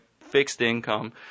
fixed-income